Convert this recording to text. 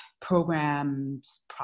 programs